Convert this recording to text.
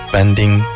Bending